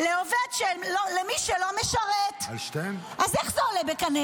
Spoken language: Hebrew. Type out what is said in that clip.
למה --- אסור לעלות ולהגיד שאתה מתנגד